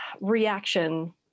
reaction